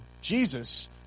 Jesus